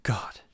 God